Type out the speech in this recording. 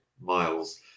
miles